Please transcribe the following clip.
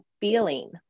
feeling